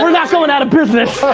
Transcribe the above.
we're not going out of business.